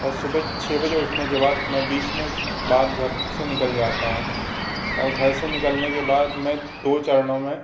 और सुबह छः बजे उठने के बाद मैं बीस मिनट बाद घर से निकल जाता हूँ और घर से निकलने के बाद मैं दो चरणों में